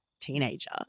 teenager